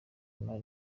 imara